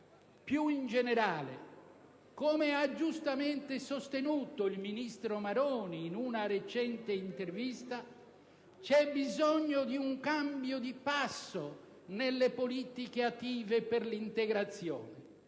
Più in generale, come ha giustamente sostenuto il ministro Maroni in una recente intervista, c'è bisogno di un cambio di passo nelle politiche attive per l'integrazione: